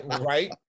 right